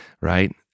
right